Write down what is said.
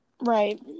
right